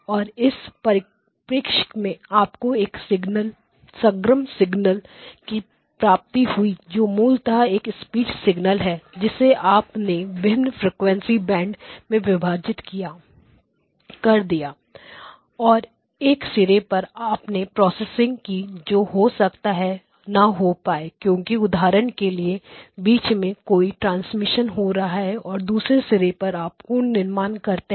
और इस परिप्रेक्ष्य मैं आपको एक समग्र सिग्नल की प्राप्ति हुई जो मूलतः एक स्पीच सिग्नल है जिसे आप ने विभिन्न फ्रीक्वेंसी बैंड different frequency bandsमें विभाजित कर दिया और एक सिरे पर आपने प्रोसेसिंग की जो हो सकता है ना हो पाए क्योंकि उदाहरण के लिए बीच में कोई ट्रांसमिशन हो रहा हो और दूसरे सिरे पर आप पूर्ण निर्माण करते हैं